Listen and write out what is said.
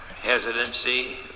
hesitancy